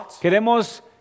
queremos